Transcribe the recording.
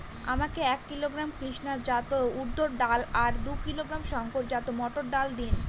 আমাকে এক কিলোগ্রাম কৃষ্ণা জাত উর্দ ডাল আর দু কিলোগ্রাম শঙ্কর জাত মোটর দিন?